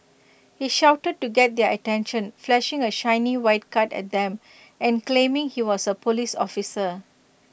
he shouted to get their attention flashing A shiny white card at them and claiming he was A Police officer